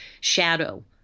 shadow